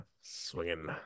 swinging